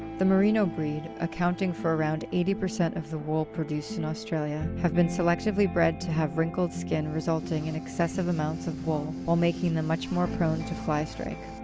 the merino breed, accounting for around eighty percent of the wool produced in australia, have been selectively bred to have wrinkled skin resulting in excessive amounts of wool while making them much more prone to flystrike.